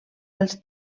els